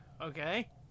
Okay